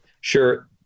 Sure